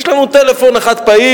יש לנו טלפון אחד פעיל,